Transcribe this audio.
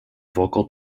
vocal